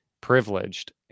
privileged